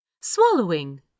swallowing